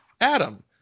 adam